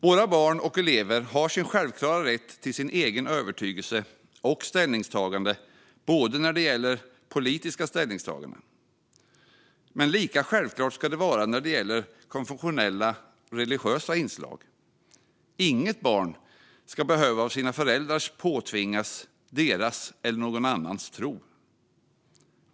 Våra barn och elever har självklar rätt till sin egen övertygelse och sitt eget ställningstagande när det gäller politiska ställningstaganden, och lika självklart ska det vara när det gäller konfessionella och religiösa inslag. Inget barn ska av sina föräldrar behöva påtvingas deras eller någon annans tro.